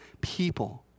people